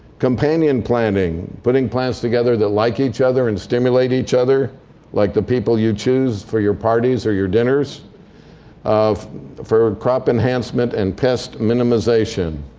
companion planting, putting plants together that like each other and stimulate each other like the people you choose for your parties or your dinners for crop enhancement and pest minimization.